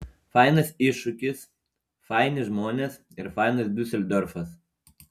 fainas iššūkis faini žmonės ir fainas diuseldorfas